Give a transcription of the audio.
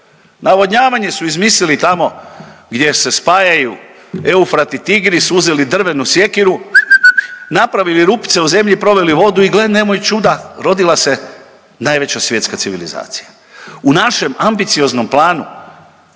navodnjavanje su izmislili tamo gdje se spajaju Eufrat i Tigris, uzeli drvenu sjekiru, napravili rupce u zemlji i proveli vodu i gle, nemoj čuda, rodila se najveća svjetska civilizacija. U našem ambicioznom planu,